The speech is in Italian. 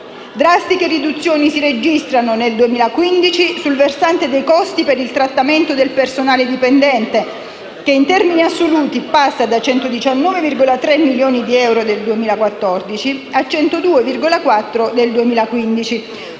Drastiche riduzioni si registrano, nel 2015, sul versante dei costi per il trattamento del personale dipendente, che in termini assoluti passa da 119,3 milioni di euro nel 2014 a 102,4 milioni